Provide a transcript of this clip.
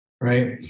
right